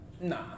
nah